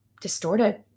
distorted